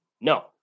No